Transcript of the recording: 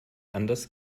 anders